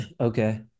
Okay